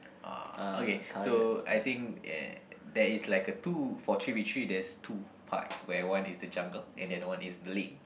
uh okay so I think uh there is like a two for three V three there's two parts where one is the jungle and then one is the lane